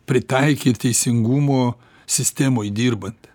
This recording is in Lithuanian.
pritaikyt teisingumo sistemoj dirbant